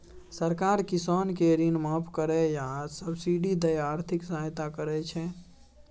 सरकार किसान केँ ऋण माफ कए या सब्सिडी दए आर्थिक सहायता करै छै